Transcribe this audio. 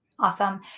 Awesome